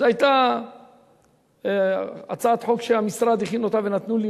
זאת היתה הצעת חוק שהמשרד הכין ונתנו לי